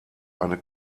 eine